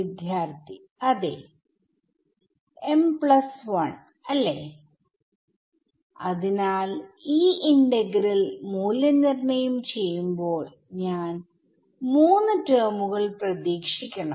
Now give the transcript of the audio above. വിദ്യാർത്ഥി അതേ m1 അല്ലെ അതിനാൽ ഈ ഇന്റഗ്രൽ മൂല്യനിർണയം ചെയ്യുമ്പോൾ ഞാൻ 3 ടെർമുകൾ പ്രതീക്ഷിക്കണം